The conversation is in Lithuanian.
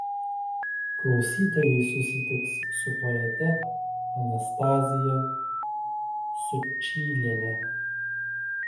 klausytojai susitiks su poete anastazija sučyliene